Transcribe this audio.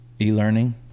e-learning